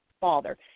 father